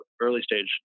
early-stage